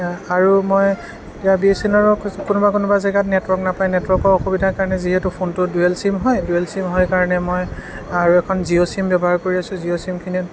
আৰু মই এইয়া বি এছ এন এলৰ কোনোবা কোনোবা জেগাত নেটৱৰ্ক নেপায় নেটৱৰ্কৰ অসুবিধাৰ কাৰণে যিহেতু ফোনটো দুৱেল চিম হয় দুৱেল চিম হয় কাৰণে মই আৰু এখন জিঅ' চিম ব্যৱহাৰ কৰি আছোঁ জিঅ' চিমখনত